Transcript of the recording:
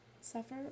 suffer